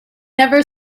never